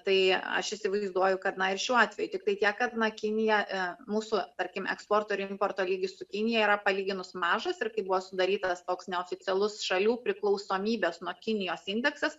tai aš įsivaizduoju kad na ir šiuo atveju tiktai tiek kad na kinija mūsų tarkime eksporto ir importo lygis su kinija yra palyginus mažas ir kai buvo sudarytas toks neoficialus šalių priklausomybės nuo kinijos indeksas